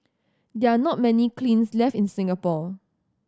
they are not many kilns left in Singapore